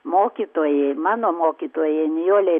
mokytojai mano mokytojai nijolei